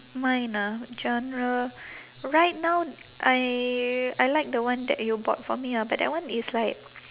mine ah genre right now I I like the one that you bought for me ah but that one is like